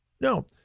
No